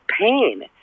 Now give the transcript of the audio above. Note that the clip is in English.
pain